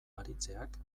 aritzeak